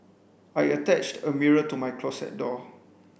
I attached a mirror to my closet door